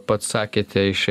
pats sakėte iš